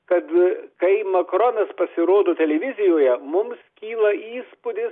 kad kai makronas pasirodo televizijoje mums kyla įspūdis